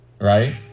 right